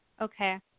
Okay